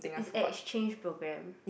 is exchange program